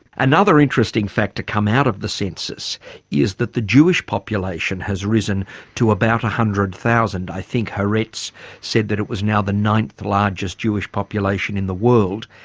another interesting fact to come out of the census is that the jewish population has risen to about one ah hundred thousand. i think haaretz said that it was now the ninth largest jewish population in the world.